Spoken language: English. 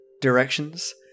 Directions